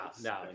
no